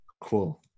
Cool